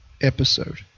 episode